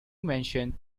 mentioned